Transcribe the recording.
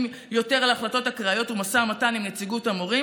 יותר על החלטות אקראיות ומשא ומתן עם נציגות המורים